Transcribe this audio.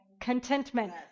Contentment